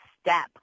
step